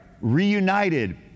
reunited